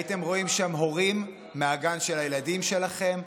הייתם רואים שהם הורים מהגן של הילדים שלכם,